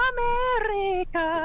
America